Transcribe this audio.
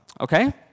Okay